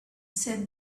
said